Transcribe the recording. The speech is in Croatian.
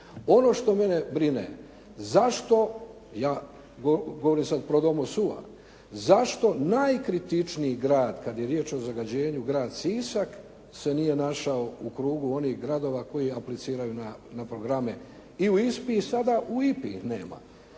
Ono što mene brine zašto, ja govorim sad pro domo sua, zašto najkritičniji grad kada je riječ o zagađenju, grad Sisak se nije našao u krugu onih gradova koji apliciraju na programe i u ISPA-i i sada u IPA-i ih nema.